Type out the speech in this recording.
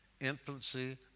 infancy